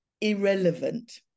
irrelevant